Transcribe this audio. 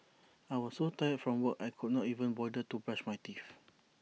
I was so tired from work I could not even bother to brush my teeth